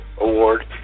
Award